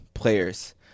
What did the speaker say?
players